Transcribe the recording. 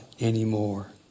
anymore